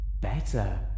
Better